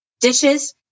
dishes